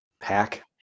pack